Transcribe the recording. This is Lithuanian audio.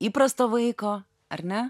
įprasto vaiko ar ne